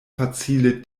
facile